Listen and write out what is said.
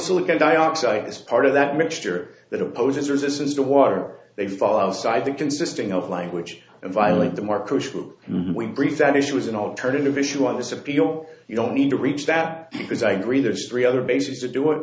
silicon dioxide is part of that mixture that opposes resistance to water they fall outside the consisting of language and violate them are crucial and we breathe that issue as an alternative issue on this appeal you don't need to reach that because i agree there's three other bases to do it